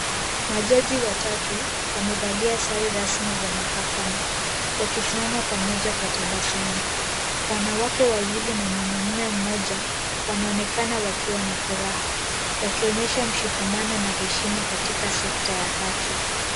Majaji watatu wamevalia sare rasmi za mahakama, wakisimama pamoja kwa tabasamu, wanawake wawili na mwanamume mmoja wanaonekana wakiwa na furaha wakionyesha mshikamano na heshima katika sekta ya haki.